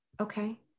Okay